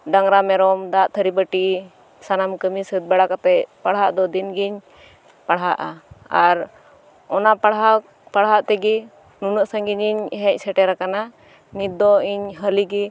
ᱰᱟᱝᱨᱟ ᱢᱮᱨᱚᱢ ᱫᱟᱜ ᱛᱷᱟᱨᱤ ᱵᱟᱴᱤ ᱥᱟᱱᱟᱢ ᱠᱟᱢᱤ ᱥᱟᱹᱛ ᱵᱟᱲᱟ ᱠᱟᱛᱮ ᱯᱟᱲᱦᱟᱜ ᱫᱚ ᱫᱤᱱ ᱜᱤᱧ ᱯᱟᱲᱦᱟᱜᱼᱟ ᱟᱨ ᱚᱱᱟ ᱯᱟᱲᱦᱟᱣ ᱯᱟᱲᱦᱟᱜ ᱛᱮᱜᱮ ᱱᱩᱱᱟᱹᱜ ᱥᱟᱹᱜᱤᱧ ᱦᱮᱡ ᱥᱮᱴᱮᱨ ᱟᱠᱟᱱᱟ ᱱᱤᱛ ᱫᱚ ᱤᱧ ᱦᱟᱞᱮ ᱜᱮ